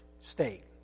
state